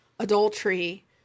adultery